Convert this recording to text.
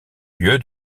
lieu